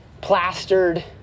plastered